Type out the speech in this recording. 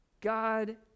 God